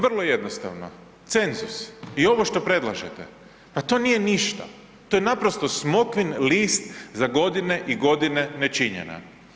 Vrlo jednostavno, cenzus i ovo što predlažete, pa to nije ništa, to je naprosto smokvin list za godine i godine nečinjenja.